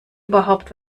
überhaupt